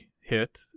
hit